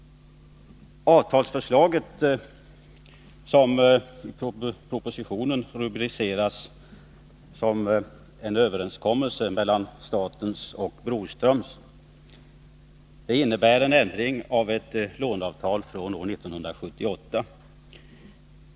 Avtalsförslaget, som i propositionen rubriceras som ”överenskommelse mellan staten och Broströms”, innebär en ändring av ett låneavtal från år 1978.